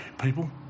People